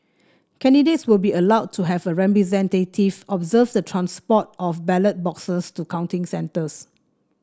candidates will be allowed to have a representative observe the transport of ballot boxes to counting centres